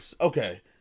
Okay